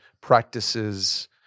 practices